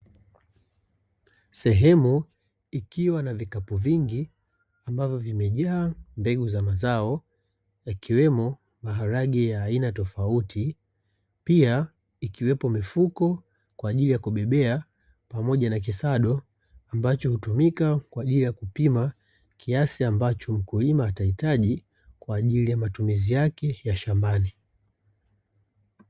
Sehemu ikiwa na vikapu vingi ambavyo vimejaa mbegu mazao yakiwemo maharage ya aina tofauti, pia ikiwepo mifuko kwa ajili ya kubebea pamoja na kisado ambacho hutumika kwa ajili ya kupima kiasi ambacho mkulima atahitaji kwa ajili ya matumizi yake ya shambani.